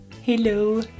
Hello